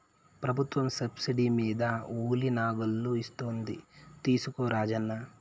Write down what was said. ప్రభుత్వం సబ్సిడీ మీద ఉలి నాగళ్ళు ఇస్తోంది తీసుకో రాజన్న